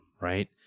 right